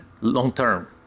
long-term